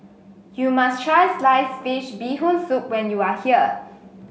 you must try slice fish Bee Hoon Soup when you are here